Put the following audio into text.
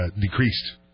decreased